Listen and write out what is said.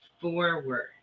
forward